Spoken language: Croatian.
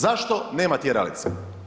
Zašto nema tjeralice?